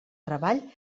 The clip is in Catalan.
treball